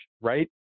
right